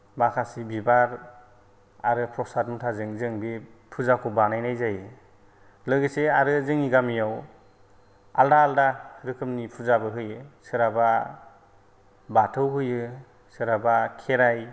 माखासे बिबार आरो प्रसाद मुथाजों जों बे फुजाखौ बानायनाय जायो लोगोसे आरो जोंनि गामियाव आलादा आलादा रोखोमनि फुजाबो होयो सोरहाबा बाथौ होयो सोरहाबा खेराय